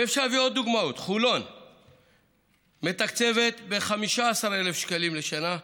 ואפשר להביא עוד דוגמאות: חולון מתקצבת ב-15,000 שקלים לשנה,